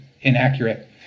inaccurate